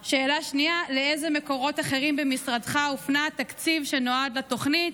2. לאיזה מקורות אחרים במשרדך הופנה התקציב שנועד לתוכנית?